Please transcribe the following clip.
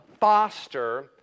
foster